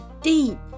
deep